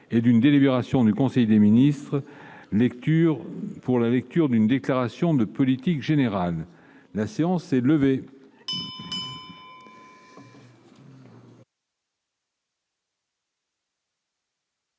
et d'une délibération du Conseil des ministres, lecture d'une déclaration de politique générale. Personne ne